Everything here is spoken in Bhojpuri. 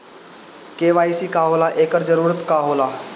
के.वाइ.सी का होला एकर जरूरत का होला?